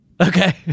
Okay